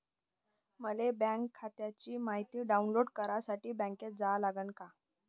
मले बँक खात्याची मायती डाऊनलोड करासाठी बँकेत जा लागन का?